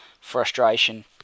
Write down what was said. frustration